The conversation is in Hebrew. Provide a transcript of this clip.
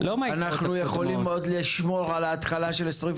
אנחנו עוד יכולים לשמור על ההתחלה של 2023. לא מהיתרות.